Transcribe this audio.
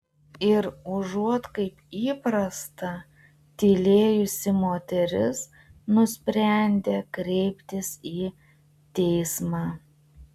ir užuot kaip įprasta tylėjusi moteris nusprendė kreiptis į teismą